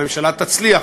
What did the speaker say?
הממשלה תצליח,